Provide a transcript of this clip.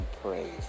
praise